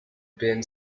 been